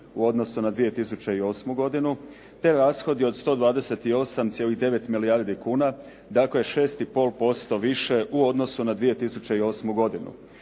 u odnosu na 2008. godinu te rashodi od 128,9 milijardi kuna, dakle 6,5% više u odnosu na 2008. godinu.